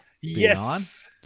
yes